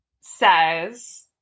says